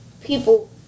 people